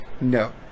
No